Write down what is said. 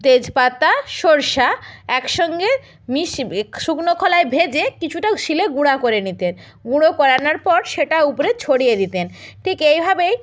তেজপাতা সরষা একসঙ্গে মিশবেক শুকনো খোলায় ভেজে কিছুটা শিলে গুঁড়া করে নিতেন গুঁড়ো করানোর পর সেটা উপরে ছড়িয়ে দিতেন ঠিক এইভাবেই